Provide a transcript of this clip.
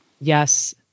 Yes